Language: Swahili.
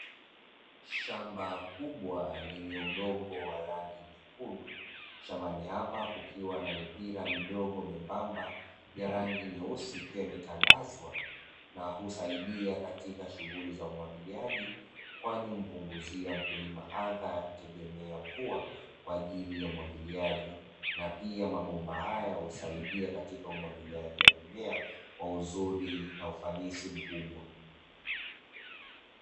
Shamba kubwa lenye udongo wa rangi nyekundu. Shambani hapa kukiwa na mipira midogo membamba ya rangi nyeusi, ikiwa imetandazwa na husaidia katika shughuli za umwagiliaji, kwani humpunguzia mkulima adha ya kutegemea mvua kwa ajili ya umwagiliaji, na pia mabomba haya ya husaidia katika umwagiliaji wa mimea kwa uzuri na ufanisi mkubwa.